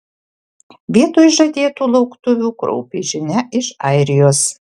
vietoj žadėtų lauktuvių kraupi žinia iš airijos